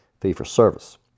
fee-for-service